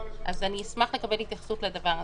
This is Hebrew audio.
אז אני אשמח לקבל התייחסות לדבר הזה.